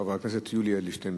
חבר הכנסת יולי אדלשטיין,